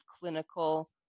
clinical